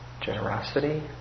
generosity